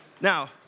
Now